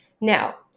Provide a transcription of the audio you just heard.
Now